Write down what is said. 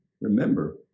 Remember